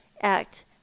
act